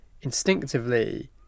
instinctively